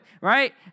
right